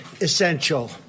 essential